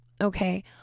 Okay